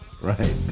Right